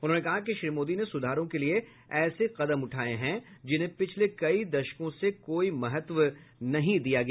उन्होंने कहा कि श्री मोदी ने सुधारों के लिए ऐसे कदम उठाए हैं जिन्हें पिछले कई दशकों से कोई महत्व नहीं दिया गया